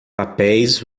papéis